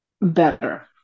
better